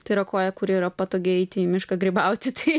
tai yra koja kuri yra patogi eiti į mišką grybauti tai